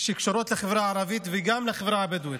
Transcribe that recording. שקשורות לחברה הערבית ולחברה הבדואית.